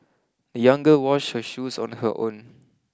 the young girl washed her shoes on her own